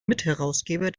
mitherausgeber